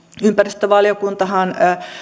ympäristövaliokuntahan